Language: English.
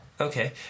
Okay